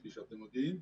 כפי שאתם יודעים.